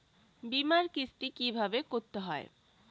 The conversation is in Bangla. বিমার কিস্তি কিভাবে করতে হয়?